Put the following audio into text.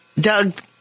Doug